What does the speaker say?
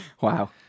Wow